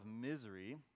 misery